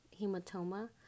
hematoma